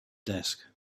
desk